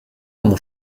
mon